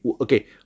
Okay